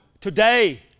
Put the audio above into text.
today